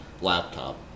laptop